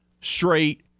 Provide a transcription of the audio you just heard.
straight